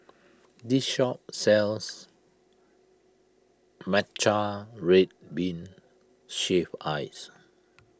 this shop sells Matcha Red Bean Shaved Ice